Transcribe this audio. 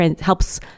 helps